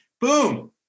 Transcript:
Boom